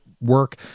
work